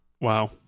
Wow